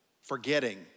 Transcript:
Forgetting